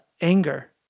anger